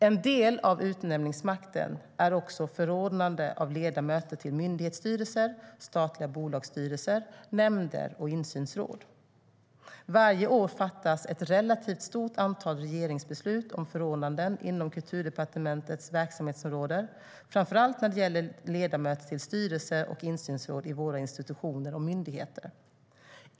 En del av utnämningsmakten är också förordnande av ledamöter till myndighetsstyrelser, statliga bolagsstyrelser, nämnder och insynsråd. Varje år fattas ett relativt stort antal regeringsbeslut om förordnanden inom Kulturdepartementets verksamhetsområde, framför allt när det gäller ledamöter till styrelser och insynsråd i våra institutioner och myndigheter.